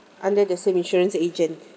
under the same insurance agent